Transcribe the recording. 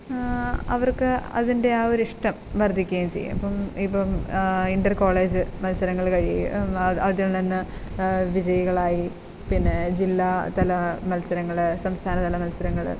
അവർക്ക് അതിൻ്റെ ആ ഒരു ഇഷ്ടം വർദ്ധിക്കുവേം ചെയ്യും ഇപ്പം ഇപ്പം ഇൻറർ കോളേജ് മത്സരങ്ങൾ കഴിയുവേം അത് അതിൽ നിന്ന് വിജയികളായി പിന്നെ ജില്ലാ തല മത്സരങ്ങൾ സംസ്ഥാന തല മത്സരങ്ങൾ